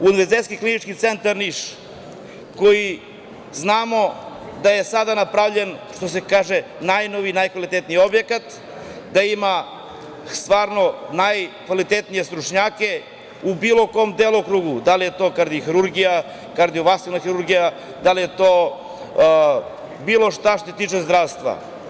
Univerzitetski Klinički centar Niš, koji znamo da je sada napravljen najnoviji, najkvalitetniji objekat, da ima stvarno najkvalitetnije stručnjake u bilo kom delokrugu, da li je to kardiohirurgija, kardiovaskularna hirurgija, da li je to bilo šta što se tiče zdravstva.